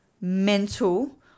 mental